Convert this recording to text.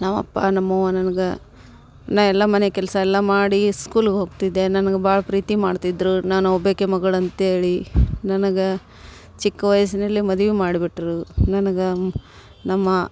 ನಮ್ಮ ಅಪ್ಪ ನಮ್ಮ ಅವ್ವ ನನಗೆ ನಾನು ಎಲ್ಲ ಮನೆ ಕೆಲಸ ಎಲ್ಲ ಮಾಡಿ ಸ್ಕೂಲ್ಗೆ ಹೋಗ್ತಿದ್ದೆ ನನಗೆ ಭಾಳ ಪ್ರೀತಿ ಮಾಡ್ತಿದ್ದರು ನಾನು ಒಬ್ಬಾಕೆ ಮಗಳು ಅಂತೇಳಿ ನನಗೆ ಚಿಕ್ಕ ವಯಸ್ಸಿನಲ್ಲಿ ಮದ್ವೆ ಮಾಡಿಬಿಟ್ರು ನನಗೆ ನಮ್ಮ